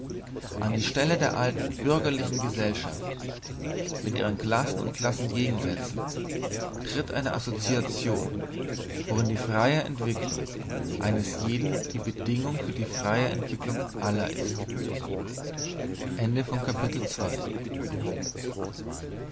an die stelle der alten bürgerlichen gesellschaft mit ihren klassen und klassengegensätzen tritt eine assoziation worin die freie entwicklung eines jeden die freie entwicklung aller ist